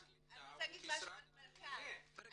ברגע